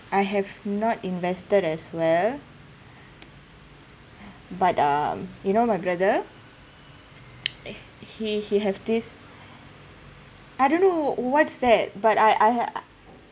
I have not invested as well but um you know my brother he he have this I don't know what's that but I I have uh